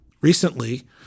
Recently